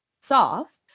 Soft